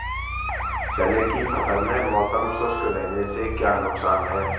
चने की फसल में मौसम शुष्क रहने से क्या नुकसान है?